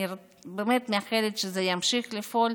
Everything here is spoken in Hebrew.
אני באמת מאחלת שזה ימשיך לפעול.